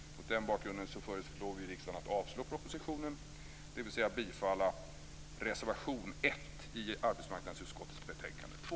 Mot den bakgrunden föreslår vi riksdagen att avslå propositionen, dvs. att bifalla reservation 1 i arbetsmarknadsutskottets betänkande 2.